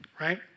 right